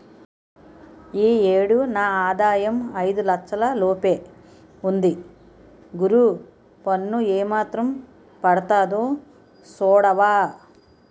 ఈ ఏడు నా ఆదాయం ఐదు లచ్చల లోపే ఉంది గురూ పన్ను ఏమాత్రం పడతాదో సూడవా